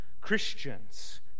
Christians